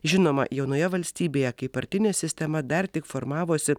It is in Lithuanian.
žinoma jaunoje valstybėje kai partinė sistema dar tik formavosi